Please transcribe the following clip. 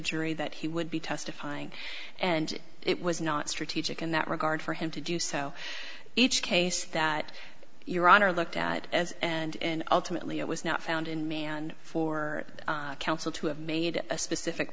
jury that he would be testifying and it was not strategic in that regard for him to do so each case that your honor looked at as and ultimately it was not found in me and for counsel to have made a specific